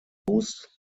most